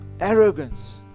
arrogance